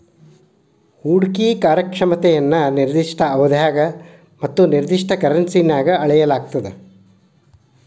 ಹೂಡ್ಕಿ ಕಾರ್ಯಕ್ಷಮತೆಯನ್ನ ನಿರ್ದಿಷ್ಟ ಅವಧ್ಯಾಗ ಮತ್ತ ನಿರ್ದಿಷ್ಟ ಕರೆನ್ಸಿನ್ಯಾಗ್ ಅಳೆಯಲಾಗ್ತದ